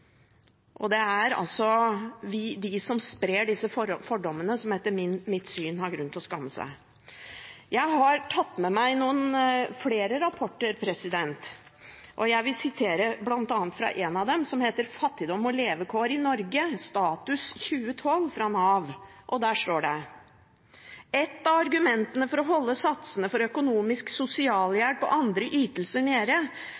de som sprer disse fordommene, som etter mitt syn har grunn til å skamme seg. Jeg har tatt med meg noen flere rapporter, og jeg vil sitere fra en av dem, som heter Fattigdom og levekår i Norge – Status 2012, fra Nav, og der står det: «Et av argumentene for å holde satsene for økonomisk sosialhjelp og andre ytelser nede,